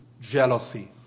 Jealousy